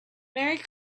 merry